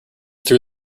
threw